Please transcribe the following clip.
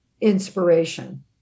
inspiration